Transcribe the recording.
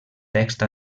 text